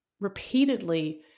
repeatedly